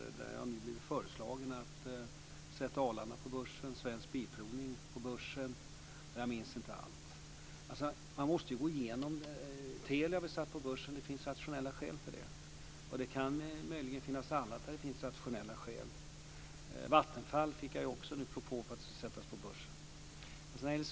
Jag har blivit föreslagen att sätta Arlanda och Svensk Bilprovning på börsen; jag minns inte allt. Telia har vi satt på börsen. Det finns rationella skäl för det. Det kan möjligen finnas annat där det finns rationella skäl. Jag fick också en propå om att sätta Vattenfall på börsen.